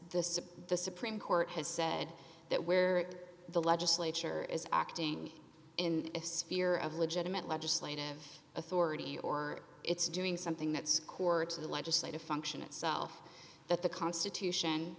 this the supreme court has said that where the legislature is acting in a sphere of legitimate legislative authority or it's doing something that's courts of the legislative function itself that the constitution